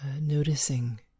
noticing